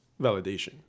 validation